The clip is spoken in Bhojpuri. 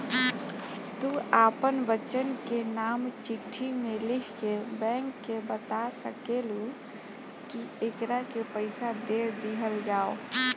तू आपन बच्चन के नाम चिट्ठी मे लिख के बैंक के बाता सकेलू, कि एकरा के पइसा दे दिहल जाव